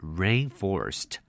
rainforest